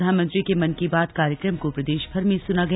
प्रधानमंत्री के मन की बात कार्यक्रम को प्रदेश भर में सुना गया